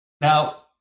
Now